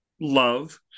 love